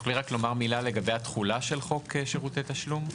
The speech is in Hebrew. תוכלי רק לומר מילה לגבי התכולה של חוק שירותי תשלום?